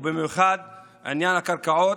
ובמיוחד בעניין הקרקעות,